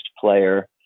player